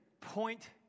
point